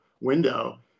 window